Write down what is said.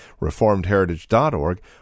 reformedheritage.org